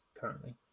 Currently